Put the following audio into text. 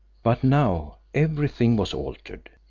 but now everything was altered!